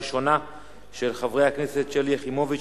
של חברי הכנסת שלי יחימוביץ,